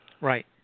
right